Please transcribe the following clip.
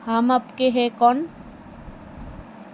হাম আপকে হ্যায় কন